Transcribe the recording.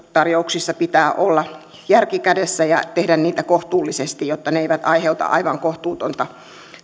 työtarjouksissa pitää olla järki kädessä ja tehdä niitä kohtuullisesti jotta ne eivät aiheuta aivan kohtuutonta